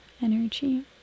energy